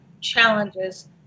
challenges